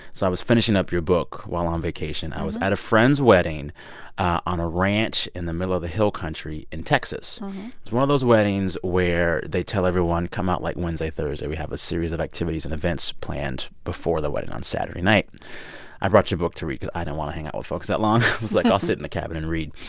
so i was finishing up your book while on vacation. i was at a friend's wedding on a ranch in the middle of the hill country in texas. it's one of those weddings where they tell everyone, come out, like, wednesday, thursday. we have a series of activities and events planned before the wedding on saturday night i brought your book to read because i didn't want to hang out with folks that long. i was like, i'll sit in the cabin and read.